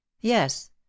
yes